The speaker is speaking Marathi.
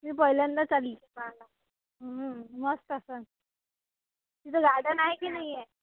मी पहिल्यांदाच आली मस्त असेल तिथे गार्डन आहे की नाही आहे